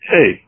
Hey